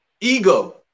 ego